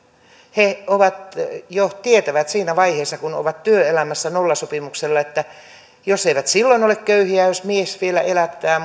he tietävät jo siinä vaiheessa kun ovat työelämässä nollasopimuksella että jos he eivät silloin ole köyhiä jos mies vielä elättää